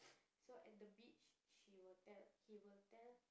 so at the beach she will tell he will tell